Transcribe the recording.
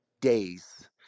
days